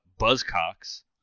Buzzcocks